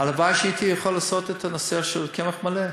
הלוואי שהייתי יכול לעשות בנושא של קמח מלא.